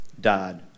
died